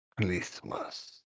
Christmas